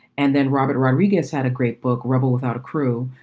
and then robert rodriguez had a great book, rebel without a crew,